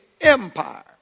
Empire